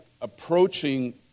approaching